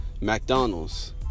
McDonald's